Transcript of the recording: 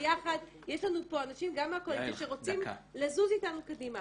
ביחד יש לנו אנשים גם מהקואליציה שרוצים לזוז אתנו קדימה.